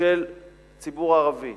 של ציבור ערבי